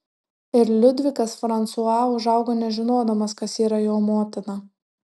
ir liudvikas fransua užaugo nežinodamas kas yra jo motina